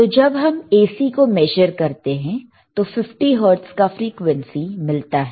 तो जब हम AC को मेजर करते हैं तो 50 हर्ट्ज़ का फ्रीक्वेंसी मिलता है